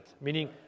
meaning